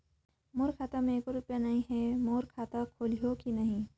मोर खाता मे एको रुपिया नइ, मोर खाता खोलिहो की नहीं?